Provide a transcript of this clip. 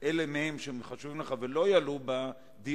אלה מהם שחשובים לך ולא יעלו בדיאלוגים,